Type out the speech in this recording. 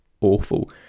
awful